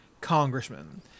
congressman